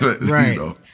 Right